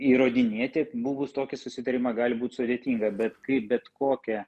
įrodinėti buvus tokį susitarimą gali būt sudėtinga bet kai bet kokia